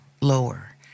lower